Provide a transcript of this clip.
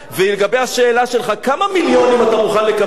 ולגבי השאלה שלך, כמה מיליונים אתה מוכן לקבל?